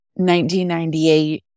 1998